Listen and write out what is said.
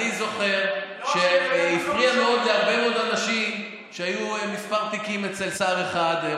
אני זוכר שהפריע מאוד להרבה מאוד אנשים שהיו כמה תיקים אצל שר אחד,